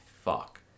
fuck